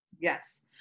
yes